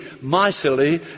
mightily